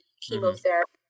chemotherapy